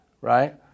right